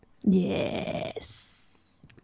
Yes